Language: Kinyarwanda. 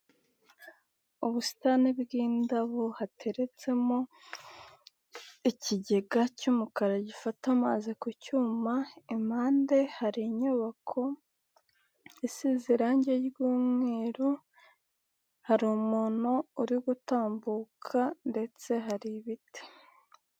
Ubusitani bw'indabo hateretsemo, ikigega cy'umukara gifata amazi ku cyuma impande hari inyubako, isize irangi ry'umweru, hari umuntu uri gutambuka ndetse hari ibiti.